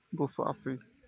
ᱫᱩᱥᱚ ᱟᱹᱥᱤ